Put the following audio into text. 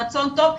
רצון טוב,